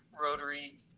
rotary